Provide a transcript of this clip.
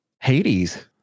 Hades